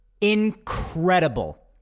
incredible